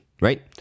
right